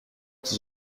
qui